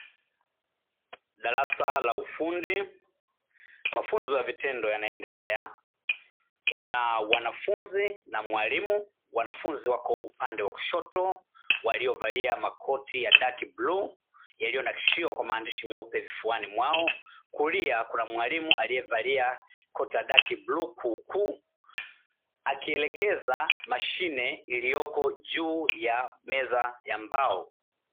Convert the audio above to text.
Darasa la ufundi mafunzo ya vitendo yanaendelea kuna wanafunzi na mwalimu, wanafunzi wako upande wa kushoto waliovalia makoti ya bluu nyeusi yaliyonakshiwa kwa maandishi meupe, vifuani mwao kulia kuna mwalimu aliyevalia koti ya bluu nyeusi kuu kuu akielekeza mashine mashine iliyoko juu ya meza ya mbao.